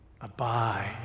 abide